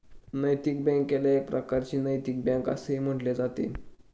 नैतिक बँकेला एक प्रकारची नैतिक बँक असेही म्हटले जाते